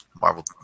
Marvel